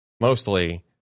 mostly